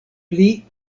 pli